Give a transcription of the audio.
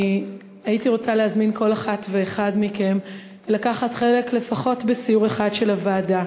הייתי רוצה להזמין כל אחת ואחד מכם לקחת חלק לפחות בסיור אחד של הוועדה.